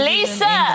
Lisa